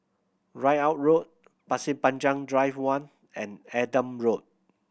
Ridout Road Pasir Panjang Drive One and Adam Road